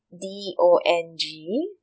D O N G